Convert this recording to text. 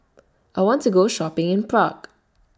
I want to Go Shopping in Prague